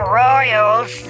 royals